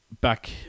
back